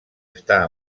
està